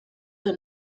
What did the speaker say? der